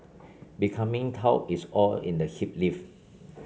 becoming taut is all in the hip lift